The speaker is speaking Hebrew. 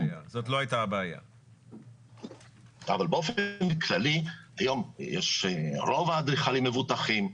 אבל באופן כללי, רוב האדריכלים היום מבוטחים,